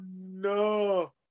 no